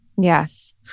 Yes